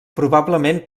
probablement